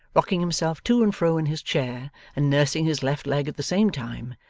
rocking himself to and fro in his chair and nursing his left leg at the same time,